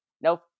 nope